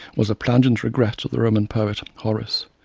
was the plangent regret of the roman poet horace.